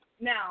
Now